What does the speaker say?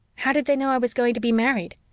how did they know i was going to be married?